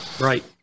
right